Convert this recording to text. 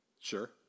Sure